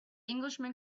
englishman